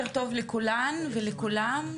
לכולן ולכולם,